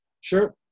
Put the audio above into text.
Sure